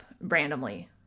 randomly